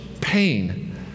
pain